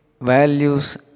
values